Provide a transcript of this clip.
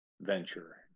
venture